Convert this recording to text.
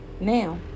Now